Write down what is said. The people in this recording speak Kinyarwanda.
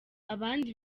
abandi